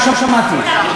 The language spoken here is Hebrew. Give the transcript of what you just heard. לא שמעתי.